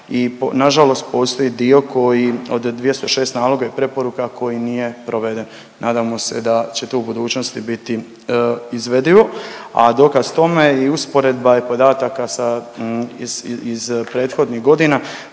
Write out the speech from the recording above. i nažalost postoji dio od 206 naloga i preporuka koji nije proveden. Nadamo se da će to u budućnosti biti izvedivo. A dokaz tome je i usporedba i podataka sa iz prethodnih godina